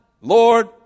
Lord